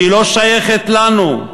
שהיא לא שייכת לנו,